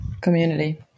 community